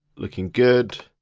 looking good.